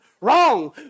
wrong